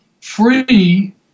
free